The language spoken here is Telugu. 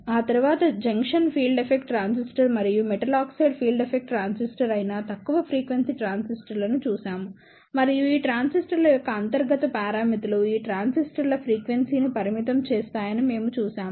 ఆ తరువాత జంక్షన్ ఫీల్డ్ ఎఫెక్ట్ ట్రాన్సిస్టర్ మరియు metal oxide field effect transistor అయిన తక్కువ ఫ్రీక్వెన్సీ ట్రాన్సిస్టర్లను చూశాము మరియు ఈ ట్రాన్సిస్టర్ల యొక్క అంతర్గత పారామితులు ఈ ట్రాన్సిస్టర్ల ఫ్రీక్వెన్సీని పరిమితం చేస్తాయని మేము చూశాము